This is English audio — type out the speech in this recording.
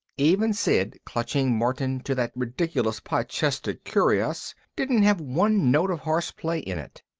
even sid clutching martin to that ridiculous pot-chested cuirass didn't have one note of horseplay in it.